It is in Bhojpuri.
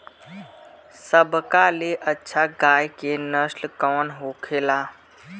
सबका ले अच्छा गाय के नस्ल कवन होखेला?